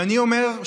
ואני אומר,